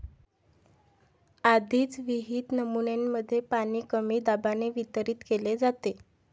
आधीच विहित नमुन्यांमध्ये पाणी कमी दाबाने वितरित केले जाते